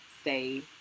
stay